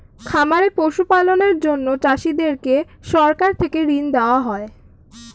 খামারে পশু পালনের জন্য চাষীদেরকে সরকার থেকে ঋণ দেওয়া হয়